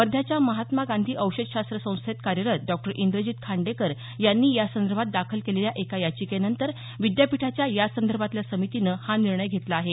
वर्ध्याच्या महात्मा गांधी औषध शास्त्र संस्थेत कार्यरत डॉ इंद्रजीत खांडेकर यांनी या संदर्भात दाखल केलेल्या एका याचिकेनंतर विद्यापीठाच्या या संदर्भातल्या समितीनं हा निर्णय घेतला आहे